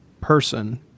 person